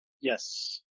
Yes